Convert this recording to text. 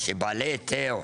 שבעלי היתר,